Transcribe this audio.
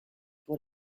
pour